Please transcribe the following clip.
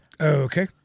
Okay